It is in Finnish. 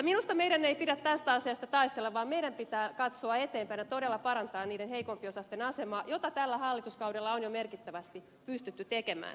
minusta meidän ei pidä tästä asiasta taistella vaan meidän pitää katsoa eteenpäin ja todella parantaa heikompiosaisten asemaa mitä tällä hallituskaudella on jo merkittävästi pystytty tekemään